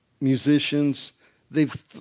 musicians—they've